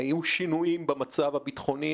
היו שינויים במצב הביטחוני,